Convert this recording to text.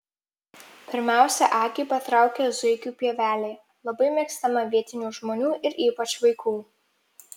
pirmiausia akį patraukia zuikių pievelė labai mėgstama vietinių žmonių ir ypač vaikų